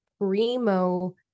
primo